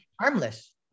harmless